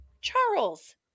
Charles